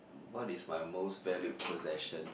what is my most valued possession